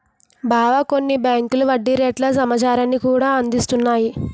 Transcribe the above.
బావా కొన్ని బేంకులు వడ్డీ రేట్ల సమాచారాన్ని కూడా అందిస్తున్నాయి